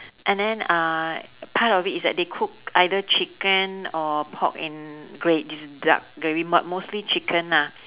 and then uh part of it is that they cook either chicken or pork in gr~ this but mostly chicken ah